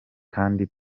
kandi